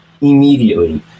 immediately